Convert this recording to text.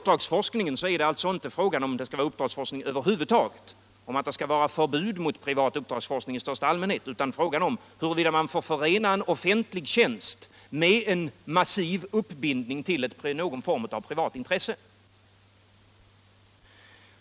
Det är alltså inte fråga om ett förbud mot privat uppdragsforskning i största allmänhet utan fråga om huruvida man får förena en offentlig 131 tjänst med en massiv uppbindning till någon form av privatintresse.